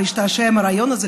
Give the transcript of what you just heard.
והשתעשע עם הרעיון הזה,